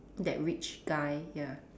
that rich guy ya